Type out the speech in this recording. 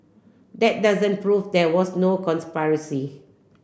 that doesn't prove there was no conspiracy